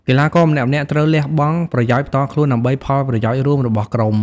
កីឡាករម្នាក់ៗត្រូវលះបង់ប្រយោជន៍ផ្ទាល់ខ្លួនដើម្បីផលប្រយោជន៍រួមរបស់ក្រុម។